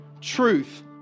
truth